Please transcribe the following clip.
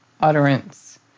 utterance